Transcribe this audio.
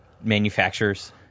manufacturers